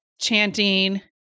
chanting